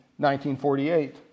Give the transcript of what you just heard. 1948